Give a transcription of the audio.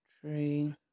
three